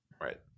right